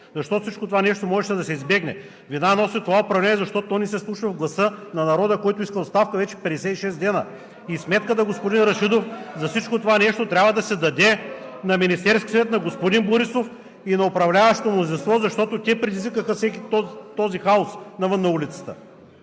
защото всичко това можеше да се избегне. Вина носи това управление, защото то не се вслушва в гласа на народа, който вече 56 дни иска оставка. Сметката, господин Рашидов, за всичко това нещо трябва да се даде на Министерския съвет, на господин Борисов и на управляващото мнозинство, защото те предизвикаха този хаос навън на улицата.